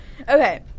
Okay